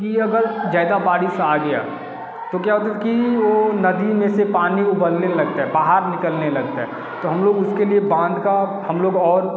कि अगर ज़्यादा बारिश आ गया तो क्या होता कि वो नदी में से पानी उबलने लगता है बाहर निकलने लगता है तो हम लोग उसके लिए बांध का हम लोग और